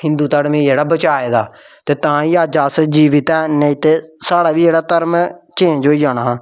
हिंदू धर्म गी जेह्ड़ा बचाए दा ते तां गै अज्ज अस जीवित ऐं ते नेईं ते साढ़ा बी जेह्ड़ा धर्म ऐ चेंज होई जाना हा